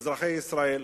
אזרחי ישראל,